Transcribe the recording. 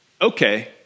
Okay